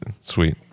Sweet